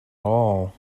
all